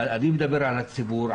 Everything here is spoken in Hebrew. אבל אני מדבר על הציבור,